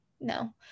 No